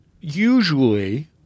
usually –